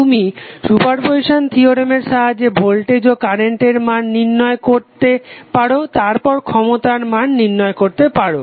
তুমি সুপারপজিসান থিওরেমের সাহায্যে ভোল্টেজ ও কারেন্টের মান নির্ণয় করে তারপর ক্ষমতার মান নির্ণয় করতে পারো